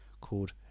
called